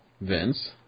Vince